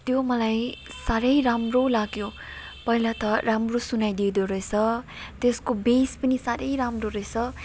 त्यो मलाई साह्रै राम्रो लाग्यो पहिला त राम्रो सुनाइदिँदो रहेस त्यसको बेस पनि साह्रै राम्रो रहेछ